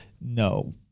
no